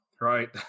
Right